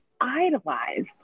idolized